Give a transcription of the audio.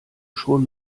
schon